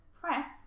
press